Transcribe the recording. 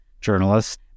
journalists